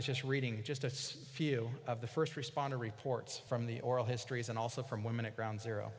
s just reading just a few of the first responder reports from the oral histories and also from women at ground zero